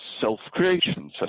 self-creation